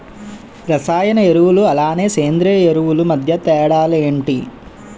రసాయన ఎరువులు అలానే సేంద్రీయ ఎరువులు మధ్య తేడాలు ఏంటి?